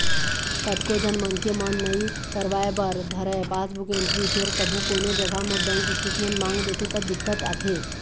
कतको झन मनखे मन नइ करवाय बर धरय पासबुक एंटरी फेर कभू कोनो जघा म बेंक स्टेटमेंट मांग देथे त दिक्कत आथे